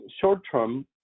Short-term